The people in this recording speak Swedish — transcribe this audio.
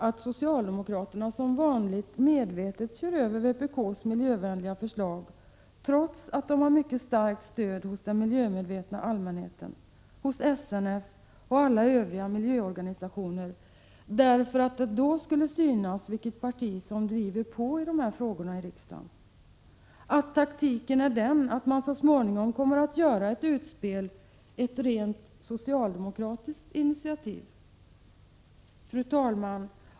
Kör socialdemokraterna som vanligt medvetet över vpk:s miljövänliga förslag, trots att vpk har ett mycket starkt stöd hos den miljömedvetna allmänheten, hos SNF, och alla övriga miljöorganisationer, därför att det då skulle synas vilket parti som driver på i de här frågorna i riksdagen? Är taktiken den att man så småningom kommer att göra ett s.k. utspel som om det vore ett rent socialdemokratiskt initiativ? Fru talman!